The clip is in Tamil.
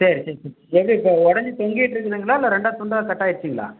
சரி சரி சரி எப்படி இப்போ உடஞ்சி தொங்கிக்கிட்டு இருக்குதுங்களா இல்லை ரெண்டாக துண்டாக கட் ஆகிடுச்சுங்களா